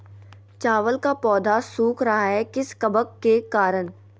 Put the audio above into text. चावल का पौधा सुख रहा है किस कबक के करण?